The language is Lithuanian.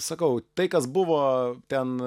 sakau tai kas buvo ten